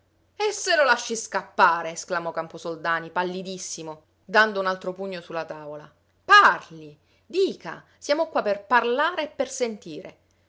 e se lo lasci scappare esclamò camposoldani pallidissimo dando un altro pugno su la tavola parli dica siamo qua per parlare e per sentire